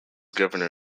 governor